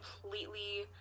completely